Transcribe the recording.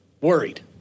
worried